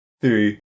three